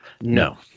No